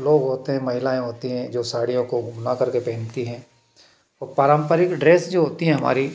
लोग होते हैं महिलाएँ होती हैं जो साड़ियों को बुना कर के पहनती हैं और पारंपरिक ड्रेस जो होता है हमारा